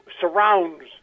surrounds